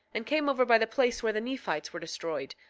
and came over by the place where the nephites were destroyed,